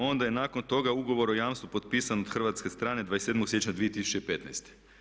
Onda je nakon toga ugovor o jamstvu potpisan od hrvatske strane 27. siječnja 2015.